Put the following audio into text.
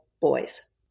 boys